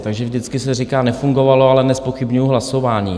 Takže vždycky se říká: nefungovalo, ale nezpochybňuju hlasování.